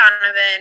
Donovan